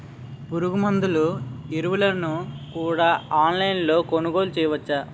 పురుగుమందులు ఎరువులను కూడా ఆన్లైన్ లొ కొనుగోలు చేయవచ్చా?